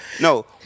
No